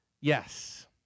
yes